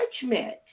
judgment